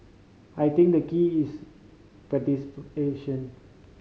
I think the key is participation